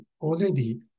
already